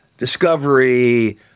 Discovery